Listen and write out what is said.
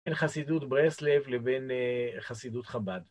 ‫בין חסידות ברסלב לבין חסידות חב"ד.